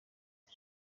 iyo